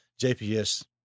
JPS